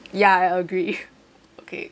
ya I agree okay